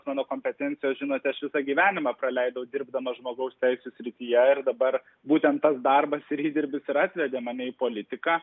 mano kompetencija žinote aš visą gyvenimą praleidau dirbdamas žmogaus teisių srityje ir dabar būtent tas darbasir įdirbis ir atvedė mane į politiką